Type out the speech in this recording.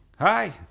Hi